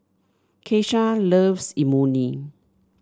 Keshia loves Imoni